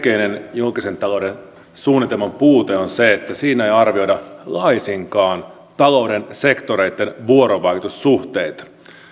julkisen talouden suunnitelman puute on se että siinä ei arvioida laisinkaan talouden sektoreitten vuorovaikutussuhteita